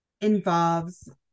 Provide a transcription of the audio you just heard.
involves